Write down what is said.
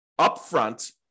upfront